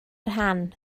rhan